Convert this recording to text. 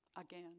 Again